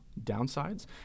downsides